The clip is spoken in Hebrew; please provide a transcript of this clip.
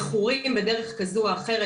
מכורים בדרך כזו או אחרת,